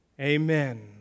Amen